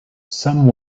some